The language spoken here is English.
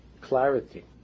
clarity